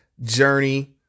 Journey